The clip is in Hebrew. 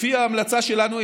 לפי ההמלצה שלנו,